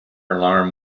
alarm